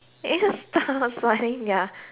stop flying their